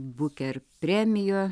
buker premija